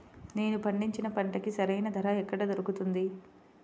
నేను పండించిన పంటకి సరైన ధర ఎక్కడ దొరుకుతుంది?